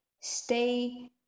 Stay